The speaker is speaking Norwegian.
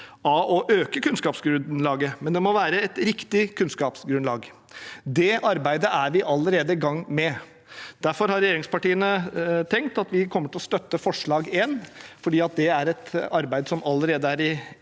av å øke kunnskapsgrunnlaget, men det må være et riktig kunnskapsgrunnlag. Det arbeidet er vi allerede i gang med. Derfor har regjeringspartiene tenkt at vi kommer til å støtte forslag nr. 1, for det er et arbeid som allerede er i